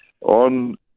on